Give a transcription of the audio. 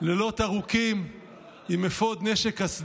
לילות ארוכים עם אפוד, נשק, קסדה.